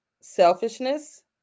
selfishness